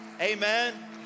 Amen